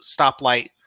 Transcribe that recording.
stoplight